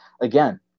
again